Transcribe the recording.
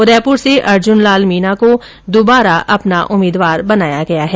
उदयपुर से अर्जुन लाल मीना को दुबारा अपना उम्मीदवार बनाया गया है